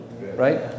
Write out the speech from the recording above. Right